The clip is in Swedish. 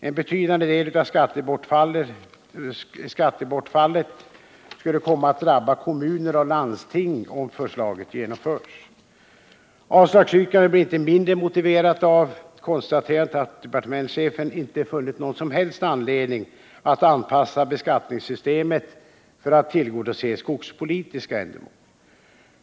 En betydande del av skattebortfallet skulle komma att drabba kommunerna och landstingen om förslaget genomförs. Avslagsyrkandet blir inte mindre motiverat av konstaterandet att departementschefen inte funnit någon som helst anledning att anpassa beskattningssystemet för att tillgodose skogspolitiska önskemål.